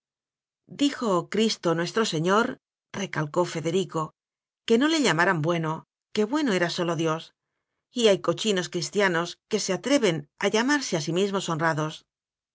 dijo cristo nuestro señorrecalcó fe dericoque no le llamaran bueno que bue no era sólo dios y hay cochinos cristianos que se atreven a llamarse a sí mismos